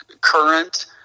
current